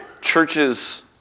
churches